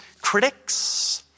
critics